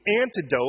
antidote